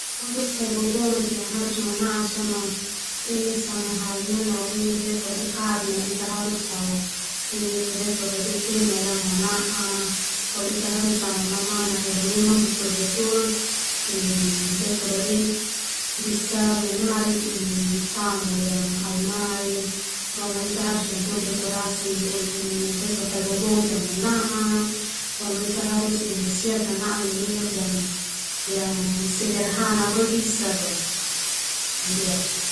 Untuk faibobongik yang harus mana'a sona ini sama halnya no harus tao tema mana'a mamanak yang memang betul-betul ini bisa menarik tamu boma harus siap nanaa niniuk yang sederhana boma bentuk dekorasi yang mana'a.